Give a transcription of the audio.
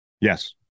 Yes